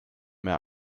mehr